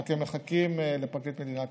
רק הם מחכים לפרקליט מדינה קבוע.